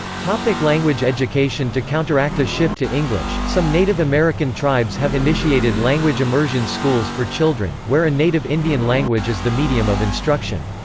like language education to counteract a shift to english, some native american tribes have initiated language immersion schools for children, where a native indian language is the medium of instruction.